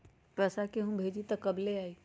पैसा केहु भेजी त कब ले आई?